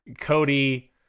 Cody